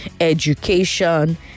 education